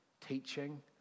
teaching